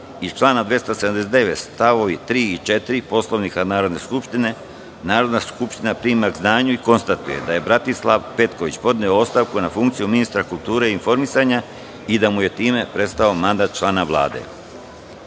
i člana 279. st. 3. i 4. Poslovnika Narodne skupštine, Narodna skupština prima k znanju i konstatuje da je Bratislav Petković podneo ostavku na funkciju ministra kulture i informisanja i da mu je time prestao mandat člana